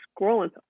scrolling